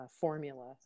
formula